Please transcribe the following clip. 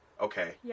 okay